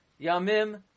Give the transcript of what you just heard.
yamim